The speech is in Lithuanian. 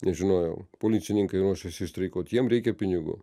nežinojau policininkai ruošiasi streikuot jiem reikia pinigų